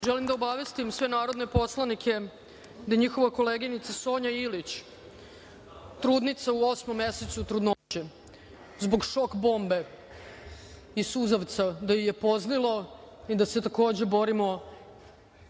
vam. Želim da obavestim sve narodne poslanike da je njihovoj koleginici Sonji Ilić, trudnici u osmom mesecu trudnoće, zbog šok bombe i suzavca pozlilo i da se, takođe, borimo